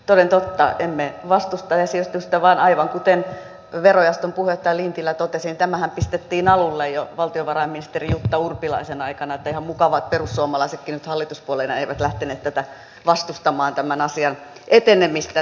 toden totta emme vastusta esitystä vaan aivan kuten verojaoston puheenjohtaja lintilä totesi niin tämähän pistettiin alulle jo valtiovarainministeri jutta urpilaisen aikana että ihan mukavaa että perussuomalaisetkaan nyt hallituspuolueena eivät lähteneet vastustamaan tämän asian etenemistä